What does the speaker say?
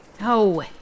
No